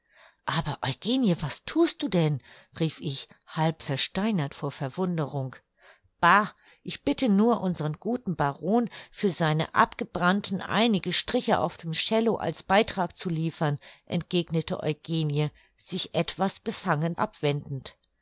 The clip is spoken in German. aber eugenie was thust du denn rief ich halb versteinert vor verwunderung bah ich bitte nur unseren guten baron für seine abgebrannten einige striche auf dem cello als beitrag zu liefern entgegnete eugenie sich etwas befangen abwendend